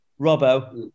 Robbo